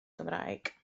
gymraeg